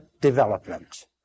development